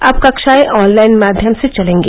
अब कक्षाएं ऑनलाइन माध्यम से चलेंगी